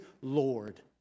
Lord